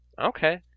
Okay